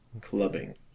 clubbing